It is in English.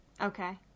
Okay